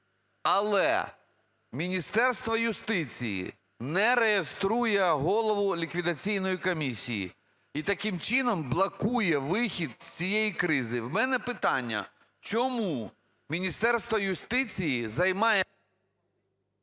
але Міністерство юстиції не реєструє голову ліквідаційної комісії, і таким чином блокує вихід з цієї кризи. У мене питання: чому Міністерство юстиції займає…